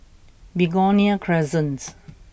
Begonia Crescent